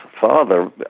father